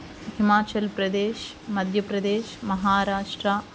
Himachal Pradesh Madhya Pradesh Maharashtra